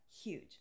huge